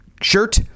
shirt